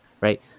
right